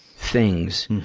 things.